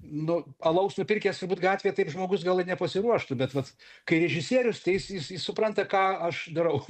nu alaus nupirkęs turbūt gatvėje taip žmogus gal ir nepasiruoštų bet vat kai režisierius tai jis jis supranta ką aš darau